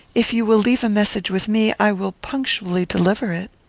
if you will leave a message with me, i will punctually deliver it.